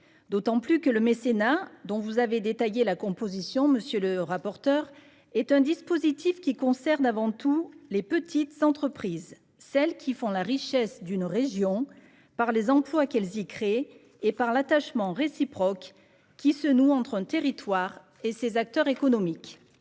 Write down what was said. d'autant plus vrai que le mécénat, dont vous avez détaillé la composition, monsieur le rapporteur, concerne avant tout les petites entreprises, soit celles qui font la richesse d'une région par les emplois qu'elles y créent et par l'attachement réciproque qui se noue entre un territoire et ses acteurs économiques.